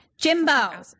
Jimbo